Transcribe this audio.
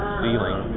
ceiling